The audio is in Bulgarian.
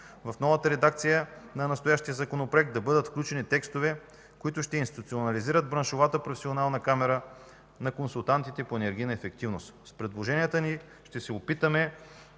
В новата редакция на настоящия Законопроект ще предложим да бъдат включени текстове, които ще институционализират Браншовата професионална камара на консултантите по енергийна ефективност. С предложенията ни ще се опитаме